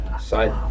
Side